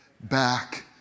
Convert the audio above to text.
back